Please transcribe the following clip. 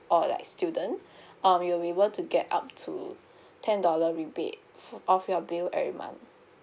or like student um you'll be able to get up to ten dollar rebate off your bill every month